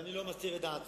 ואני לא מסתיר את דעתי.